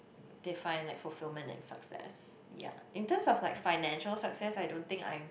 define like fulfillment and success ya in terms of like financial success I don't think I'm